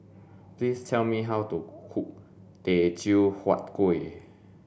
please tell me how to cook teochew huat kueh